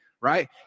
right